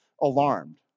alarmed